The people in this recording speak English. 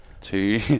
two